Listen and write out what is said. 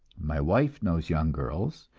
my wife knows young girls,